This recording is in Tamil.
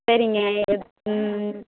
சரிங்க ம்